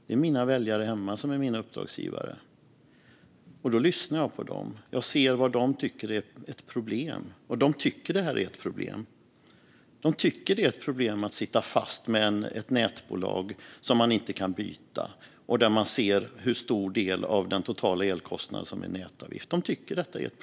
Det är mina väljare där hemma som är mina uppdragsgivare, och jag lyssnar på dem och hör vad de tycker är ett problem. De tycker att det är ett problem att sitta fast med ett nätbolag som de inte kan byta när de ser hur stor del av den totala kostnaden som är nätavgift.